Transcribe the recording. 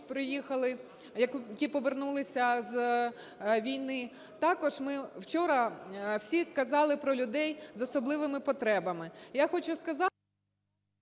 які повернулися з війни. Також ми, вчора всі казали про людей з особливими потребами.